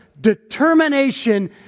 determination